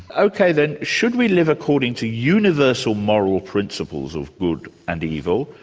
ok then. should we live according to universal moral principles of good and evil?